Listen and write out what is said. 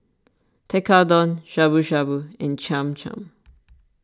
Tekkadon Shabu Shabu and Cham Cham